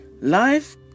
life